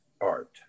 art